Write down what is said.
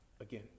again